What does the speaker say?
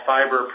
Fiber